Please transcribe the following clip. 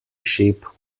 ship